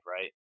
right